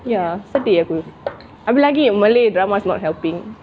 ya sedih apa abeh lagi malay drama's not helping